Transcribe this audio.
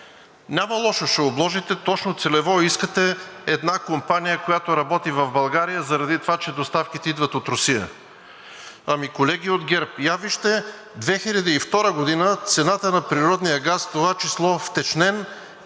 Няма лошо, ще обложите точно и целево една компания, която работи в България, заради това, че доставките идват от Русия. Колеги от ГЕРБ, я вижте, че през 2002 г. цената на природния газ, в това число втечнен,